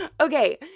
Okay